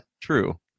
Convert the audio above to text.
True